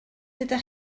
ydych